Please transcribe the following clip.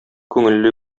күңелле